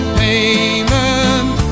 payment